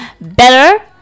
better